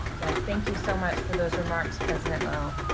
yeah thank you so much for those remarks, president loh.